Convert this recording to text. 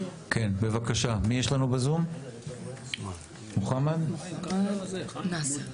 בבקשה, מחמוד נאסר.